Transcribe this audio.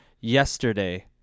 yesterday